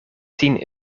tien